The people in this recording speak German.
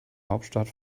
hauptstadt